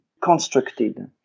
constructed